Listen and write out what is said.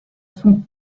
son